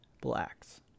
blacks